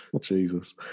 Jesus